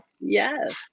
yes